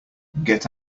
get